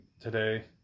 today